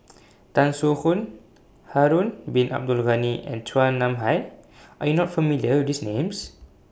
Tan Soo Khoon Harun Bin Abdul Ghani and Chua Nam Hai Are YOU not familiar with These Names